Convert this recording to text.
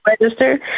register